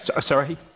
Sorry